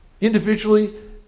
Individually